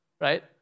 right